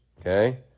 Okay